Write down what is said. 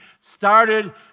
started